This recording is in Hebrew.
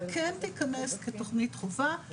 כן תיכנס כתוכנית חובה.